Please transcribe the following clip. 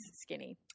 skinny